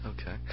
Okay